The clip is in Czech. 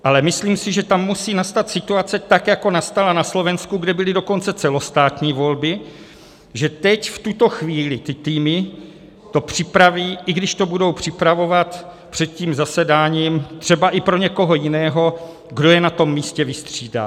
Ale myslím si, že tam musí nastat situace, tak jako nastala na Slovensku, kde byly dokonce celostátní volby, že teď v tuto chvíli ty týmy to připraví, i když to budou připravovat před tím zasedáním třeba i pro někoho jiného, kdo je na tom místě vystřídá.